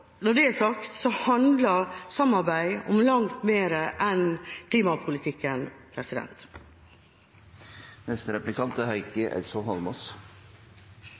når det er sagt, handler samarbeid om langt mer enn klimapolitikken.